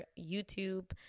youtube